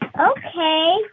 Okay